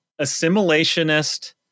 assimilationist